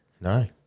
No